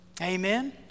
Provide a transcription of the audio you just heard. Amen